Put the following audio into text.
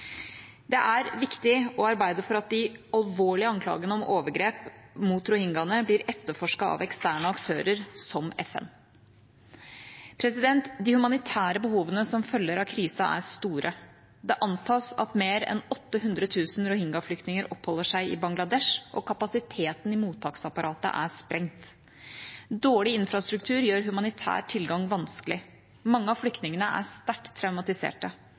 Det er viktig å arbeide for at de alvorlige anklagene om overgrep mot rohingyaene blir etterforsket av eksterne aktører som FN. De humanitære behovene som følger av krisen, er store. Det antas at mer enn 800 000 rohingya-flyktninger oppholder seg i Bangladesh. Kapasiteten i mottaksapparatet er sprengt. Dårlig infrastruktur gjør humanitær tilgang vanskelig. Mange av flyktningene er sterkt traumatiserte.